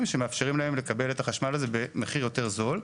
שמאפשרים להם לקבל את החשמל הזה במחיר יותר זול.